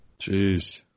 Jeez